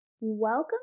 Welcome